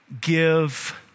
give